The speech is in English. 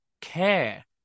care